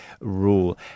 rule